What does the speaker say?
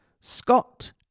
Scott